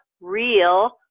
real